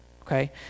okay